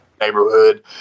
neighborhood